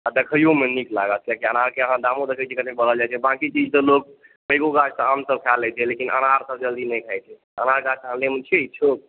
आ देखैओमे नीक लागत कियाकि अहाँ अनारके अहाँ दामो देखैत छियै कतेक बढ़ल जाइत छै बाँकी चीज तऽ लोक पैघो गाछ आमसभ खाए लैत छै लेकिन अनारसभ जल्दी नहि खाइत छै अनार गाछ आनयमे छै छोट